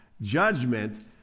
judgment